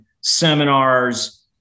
seminars